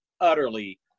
utterly